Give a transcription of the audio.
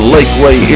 Lakeway